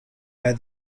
where